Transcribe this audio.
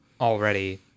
already